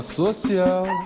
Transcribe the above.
social